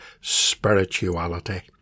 spirituality